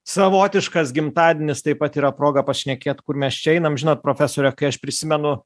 savotiškas gimtadienis taip pat yra proga pašnekėt kur mes čia einam žinot profesore kai aš prisimenu